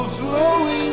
flowing